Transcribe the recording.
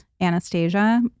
anastasia